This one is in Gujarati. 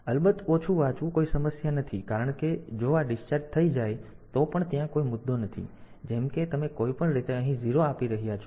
અલબત્ત ઓછું વાંચવું કોઈ સમસ્યા નથી કારણ કે જો આ ડિસ્ચાર્જ થઈ જાય તો પણ ત્યાં કોઈ મુદ્દો નથી જેમ કે તમે કોઈપણ રીતે અહીં 0 આપી રહ્યા છો